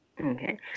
Okay